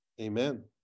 amen